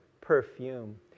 perfume